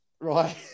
right